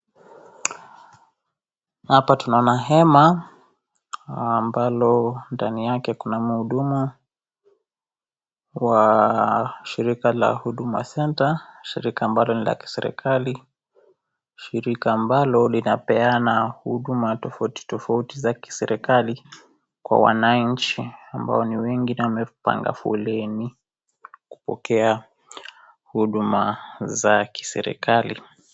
Hapa tunaona hema ambalo ndani yake kuna mhudumu wa shirika la Huduma center[ cs] shirika ambalo ni la kiserekali shirika ambalo linapeana huduma tofauti tofauti za kiserekali kwa wananchi ambao ni wengi na wamepanga foleni kupokea huduma za kiserekali.